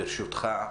ברשותך,